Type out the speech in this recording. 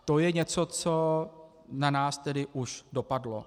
To je něco, co na nás tedy už dopadlo.